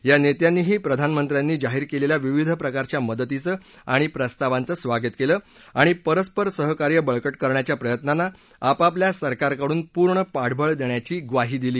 या नेत्यांनीही प्रधानमंत्र्यानी जाहीर केलेल्या विविध प्रकारच्या मदतीचं आणि प्रस्तावांचं स्वागत केलं आणि परस्पर सहकार्य बळकट करण्याच्या प्रयत्नांना आपापल्या सरकारकडून पूर्ण पाठबळ देण्याची ग्वाही दिली